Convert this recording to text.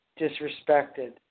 disrespected